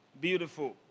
Beautiful